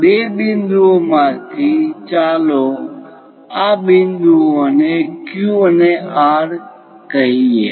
આ બે બિંદુઓમાંથી ચાલો આ બિંદુઓને Q અને R કહીએ